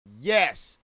yes